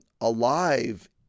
alive